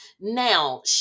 Now